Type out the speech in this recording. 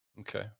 Okay